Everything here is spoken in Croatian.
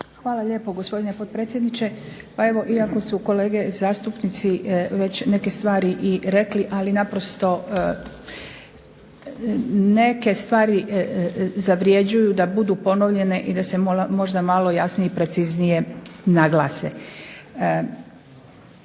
Hvala lijepo gospodine potpredsjedniče. Pa evo iako su kolege zastupnici već neke stvari i rekli, ali naprosto neke stvari zavrjeđuju da budu ponovljene i da se možda malo jasnije i preciznije naglase.